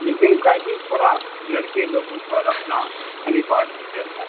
लेकिन गाइडिंग थोड़ा लड़के लोगों पर रखना अनिवार्य हो जाता है